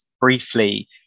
briefly